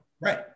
Right